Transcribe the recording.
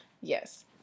Yes